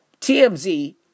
TMZ